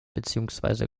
beziehungsweise